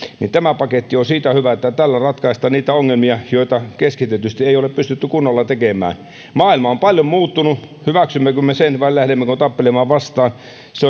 on siitä hyvä että tällä ratkaistaan niitä ongelmia joille ei keskitetysti ole pystytty kunnolla mitään tekemään maailma on paljon muuttunut hyväksymmekö me sen vai lähdemmekö tappelemaan vastaan